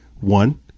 One